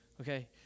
okay